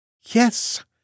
Yes